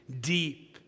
deep